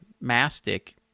mastic